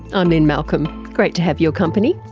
i'm lynne malcolm, great to have your company.